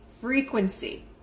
frequency